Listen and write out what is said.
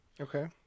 Okay